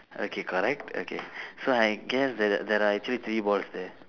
okay correct okay so I guess that there are actually three balls there